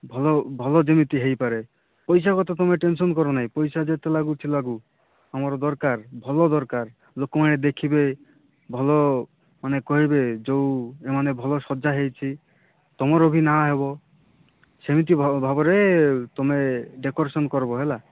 ଭଲ ଭଲ ଯେମିତି ହୋଇପାରେ ପଇସା କଥା ତମେ ଟେନ୍ସନ୍ କରନାହିଁ ପଇସା ଯେତେ ଲାଗୁଛି ଲାଗୁ ଆମର ଦରକାର ଭଲ ଦରକାର ଲୋକମାନେ ଦେଖିବେ ଭଲ ମାନେ କହିବେ ଯେଉଁ ଏ ମାନେ ଭଲ ସଜାହୋଇଛି ତମର ବି ନାଁ ହେବ ସେମିତି ଭାବ ଭାବରେ ତମେ ଡେକୋରେସନ୍ କରିବ ହେଲା